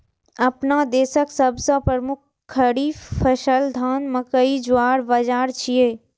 अपना देशक सबसं प्रमुख खरीफ फसल धान, मकई, ज्वार, बाजारा छियै